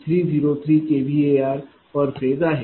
303 kVArph आहे